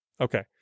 Okay